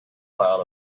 cloud